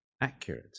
accurate